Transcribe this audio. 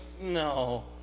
no